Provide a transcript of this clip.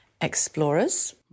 explorers